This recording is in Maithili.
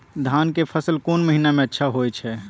धान के फसल कोन महिना में अच्छा होय छै?